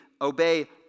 obey